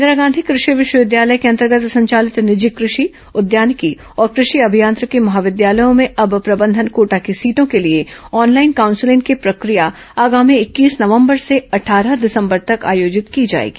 इंदिरा गांधी कृषि विश्वविद्यालय के अंतर्गत संचालित निजी कृषि उद्यानिकी और कृषि अभियांत्रिकी महाविद्यालयों भें अब प्रबंधन कोटा की सीटों के लिए ऑनलाइन काउंसलिंग की प्रक्रिया आगामी इक्कीस नवंबर से अट्ठारह दिसंबर तक आयोजित की जाएगी